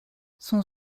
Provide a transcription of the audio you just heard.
son